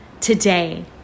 today